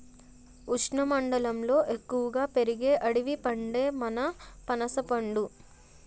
ఉష్ణమండలంలో ఎక్కువగా పెరిగే అడవి పండే మన పనసపండు